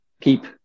keep